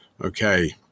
Okay